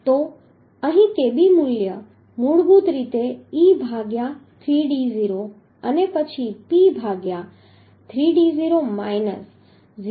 તો અહીં kb મૂળભૂત રીતે e ભાગ્યા 3d0 અને પછી P ભાગ્યા 3d0 માઈનસ 0